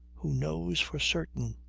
who knows for certain.